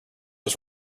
was